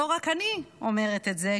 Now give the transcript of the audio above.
לא רק אני אומרת את זה,